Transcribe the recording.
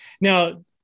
Now